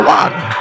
one